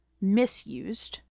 misused